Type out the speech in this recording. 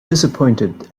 disappointed